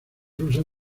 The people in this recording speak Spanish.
rusas